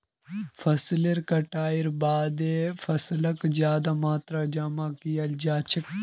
फसलेर कटाईर बादे फैसलक ज्यादा मात्रात जमा कियाल जा छे